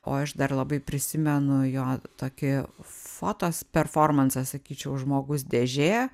o aš dar labai prisimenu jo tokį fotos performansą sakyčiau žmogus dėžė